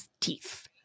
teeth